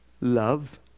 Love